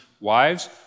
Wives